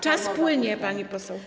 Czas płynie, pani poseł.